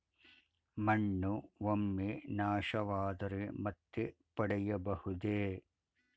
ಮಣ್ಣು ಒಮ್ಮೆ ನಾಶವಾದರೆ ಮತ್ತೆ ಪಡೆಯಬಹುದೇ?